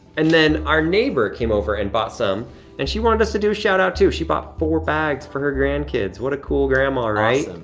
and then our neighbor came over and bought some and she wanted us to do a shout-out too. she bought four bags for her grandkids. what a cool grandma, right?